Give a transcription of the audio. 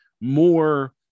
more